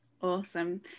Awesome